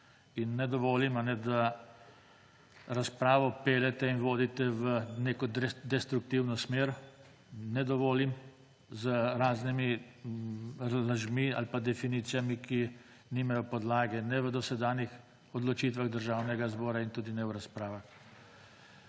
In ne dovolim, da razpravo peljete in vodite v neko destruktivno smer, ne dovolim z raznimi lažmi ali pa definicijami, ki nimajo podlage ne v dosedanjih odločitvah Državnega zbora in tudi ne v razpravah.